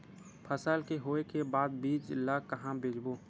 फसल के होय के बाद बीज ला कहां बेचबो?